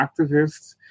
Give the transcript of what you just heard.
activists